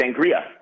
sangria